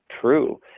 true